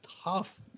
tough